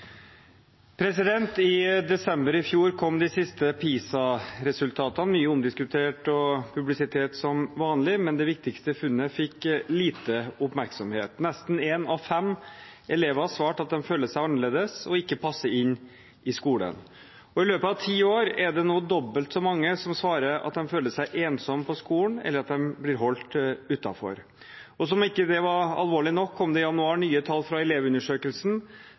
siste PISA-resultatene – mye omdiskutert og med mye publisitet som vanlig, men det viktigste funnet fikk lite oppmerksomhet. Nesten en av fem elever svarte at de føler seg annerledes og ikke passer inn i skolen. I løpet av ti år er det nå dobbelt så mange som svarer at de føler seg ensomme på skolen, eller at de blir holdt utenfor. Som om det ikke var alvorlig nok, kom det i januar nye tall fra elevundersøkelsen